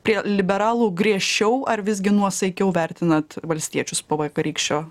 prie liberalų griežčiau ar visgi nuosaikiau vertinat valstiečius po vakarykščio